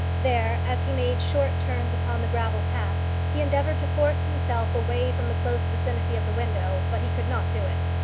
there, as he made short turns upon the gravel path, he endeavoured to force himself away from the close vicinity of the window but he could not do it.